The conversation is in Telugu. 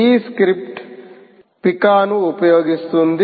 ఈ స్క్రిప్ట్ పికాను ఉపయోగిస్తుంది